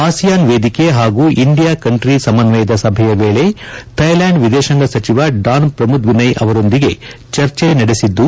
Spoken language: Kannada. ಆಸಿಯಾನ್ ವೇದಿಕೆ ಹಾಗೂ ಇಂಡಿಯಾ ಕಂಟ್ರಿ ಸಮನ್ವಯದ ಸಭೆಯ ವೇಳಿ ಥೈಲ್ಯಾಂಡ್ ವಿದೇಶಾಂಗ ಸಚಿವ ಡಾನ್ ಪ್ರಮುದ್ವಿನಯ್ ಅವರೊಂದಿಗೆ ಚರ್ಚೆ ನಡೆಸಿದ್ದು